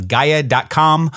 Gaia.com